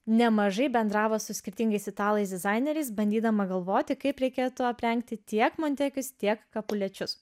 nemažai bendravo su skirtingais italais dizaineriais bandydama galvoti kaip reikėtų aprengti tiek montekius tiek kapulečius